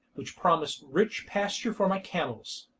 which promised rich pasture for my camels.